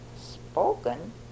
spoken